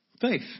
Faith